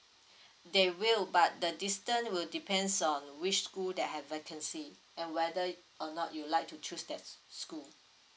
they will but the distance will depends on which school that have vacancy and whether or not you like to choose that school